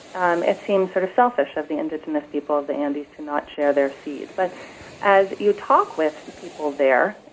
um it seems sort of selfish of the indigenous people of the andes to not share their seeds. but as you talk with people there,